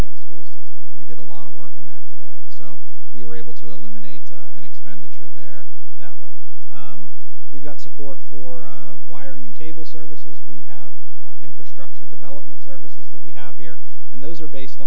hand school system and we did a lot of work on that today so we were able to eliminate an expenditure there that way we've got support for wiring and cable services we have infrastructure development services that we have here and those are based